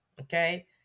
okay